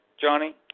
Johnny